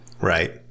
right